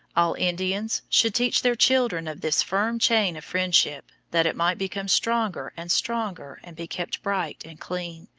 all indians should teach their children of this firm chain of friendship, that it might become stronger and stronger and be kept bright and clean,